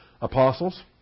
apostles